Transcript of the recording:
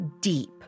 deep